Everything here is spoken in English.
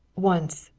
once,